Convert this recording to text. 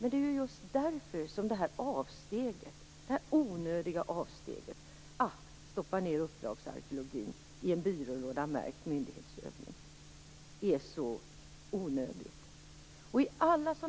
Det är därför som det onödiga avsteget, att stoppa ned uppdragsarkeolgin i en byrålåda märkt "myndighetsutövning", är så onödigt.